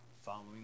following